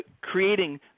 creating